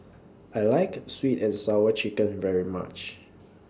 I like Sweet and Sour Chicken very much